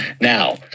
Now